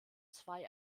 zwei